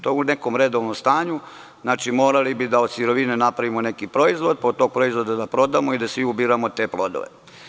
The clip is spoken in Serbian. To u nekom redovnom stanju, morali bi od sirovine da napravimo neki proizvod, od tog proizvoda da prodamo i da svi ubiramo te plodove.